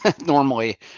normally